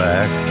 Back